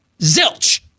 Zilch